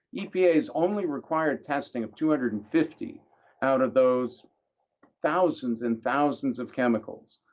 epa has only required testing of two hundred and fifty out of those thousands and thousands of chemicals,